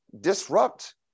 disrupt